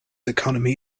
economy